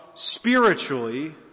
Spiritually